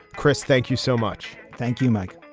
chris, thank you so much. thank you, mike.